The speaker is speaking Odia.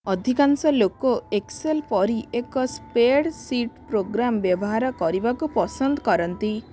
ଅଧିକାଂଶ ଲୋକ ଏକ୍ସେଲ୍ ପରି ଏକ ସ୍ପେଡ଼ସିଟ୍ ପ୍ରୋଗ୍ରାମ୍ ବ୍ୟବହାର କରିବାକୁ ପସନ୍ଦ କରନ୍ତି